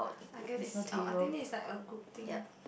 I get this out I think this is like a group thing